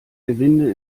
gewinde